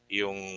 yung